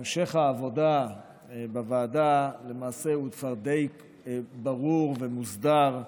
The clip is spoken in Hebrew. המשך העבודה בוועדה הוא כבר די ברור ומוסדר,